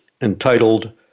entitled